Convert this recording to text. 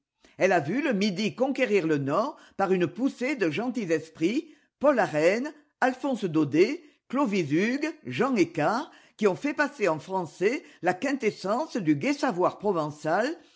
elle a vu le midi conquérir le nord par une poussée de gentils esprits paul arène alphonse daudet glovis hugues jean aicard qui ont fait passer en français la quintessence du gai savoir provençal